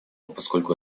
поскольку